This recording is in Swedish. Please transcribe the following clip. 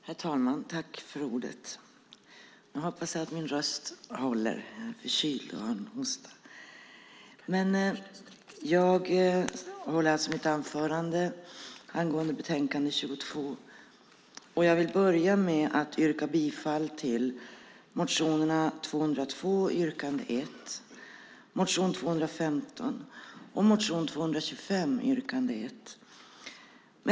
Herr talman! Jag börjar med att yrka bifall till reservationerna 12, 13, 14 och 16.